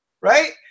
right